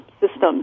systems